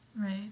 Right